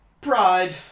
Pride